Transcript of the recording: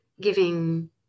giving